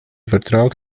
vertrag